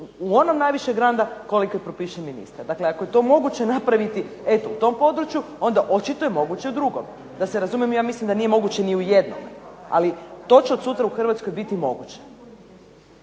se ne razumije./… koliko propiše ministar. Dakle ako je to moguće napraviti eto u tom području, onda očito je moguće u drugom. Da se razumijemo, ja mislim da nije moguće ni u jednom, ali to će od sutra u Hrvatskoj biti moguće.